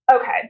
Okay